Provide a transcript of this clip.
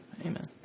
Amen